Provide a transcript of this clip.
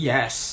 Yes